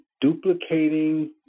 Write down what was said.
duplicating